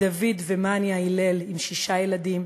דוד ומניה הלל עם שישה ילדים,